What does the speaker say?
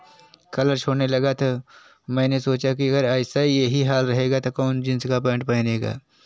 colour छोड़ने लगा तो मैंने सोचा की अगर ऐसा ही हाल रहेगा तो कौन जिन्स का पैंट पहनेगा